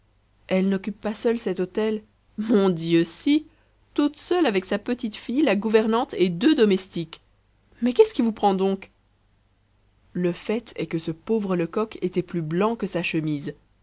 elle n'occupe pas seule cet hôtel mon dieu si toute seule avec sa petite-fille la gouvernante et deux domestiques mais qu'est-ce qui vous prend donc le fait est que ce pauvre lecoq était plus blanc que sa chemise